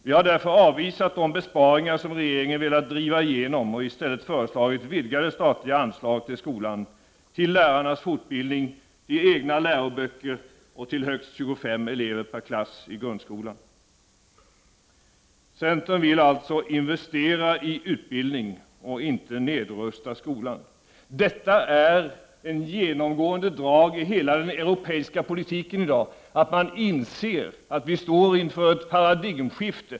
Vi har därför avvisat de besparingar som regeringen har velat driva igenom och i stället föreslagit vidgade statliga anslag till skolan, till lärarnas fortbildning, till egna läroböcker och till högst 25 elever per klass i grundskolan. Centern vill investera i utbildning och inte nedrusta skolan. Detta är ett genomgående drag i hela den europeiska politiken i dag, att man inser att vi står inför ett paradigmskifte.